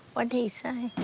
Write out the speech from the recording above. what'd he say?